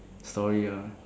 story ah